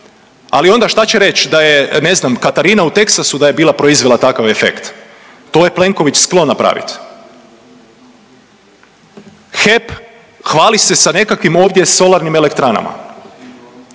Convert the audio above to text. Ali onda šta će reć ne znam da je Katarina u Teksasu bila proizvela takav efekt, to je Plenković sklon napravit. HEP hvali se sa nekakvim ovdje solarnim elektranama,